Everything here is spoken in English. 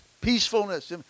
peacefulness